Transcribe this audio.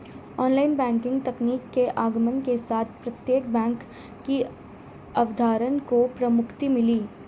online banking तकनीक के आगमन के साथ प्रत्यक्ष बैंक की अवधारणा को प्रमुखता मिली